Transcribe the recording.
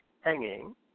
hanging